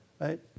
right